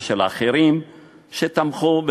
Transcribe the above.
ושל אחרים שתמכו,